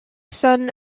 son